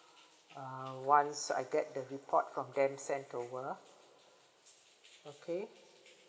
uh once I get the report from them send over okay